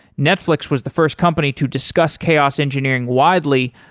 netflix was the first company to discuss chaos engineering widely,